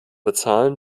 bezahlen